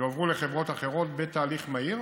יועברו לחברות אחרות בתהליך מהיר,